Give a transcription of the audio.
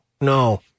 no